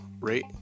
rate